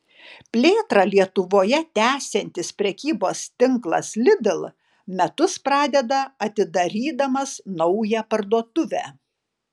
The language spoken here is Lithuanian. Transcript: plėtrą lietuvoje tęsiantis prekybos tinklas lidl metus pradeda atidarydamas naują parduotuvę